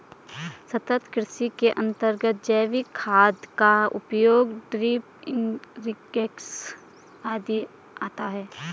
सतत् कृषि के अंतर्गत जैविक खाद का उपयोग, ड्रिप इरिगेशन आदि आता है